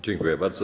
Dziękuję bardzo.